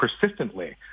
persistently